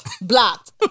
Blocked